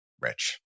rich